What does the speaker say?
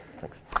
Thanks